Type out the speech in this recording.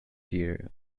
dear